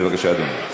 בבקשה, אדוני.